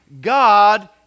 God